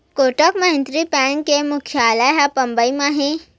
Kotak Mahindra bank के मुख्यालय ह बंबई म हे